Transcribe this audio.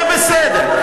זה בסדר,